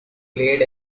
played